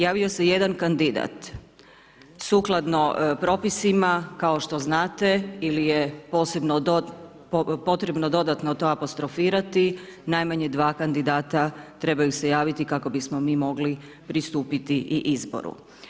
Javio se jedan kandidat sukladno propisima kao što znate ili je posebno potrebno dodatno to apostrofirati, najmanje 2 kandidata trebaju se javiti kako bismo mi mogli pristupiti i izboru.